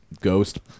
ghost